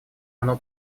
оно